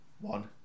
One